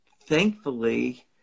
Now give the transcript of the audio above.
Thankfully